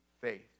faith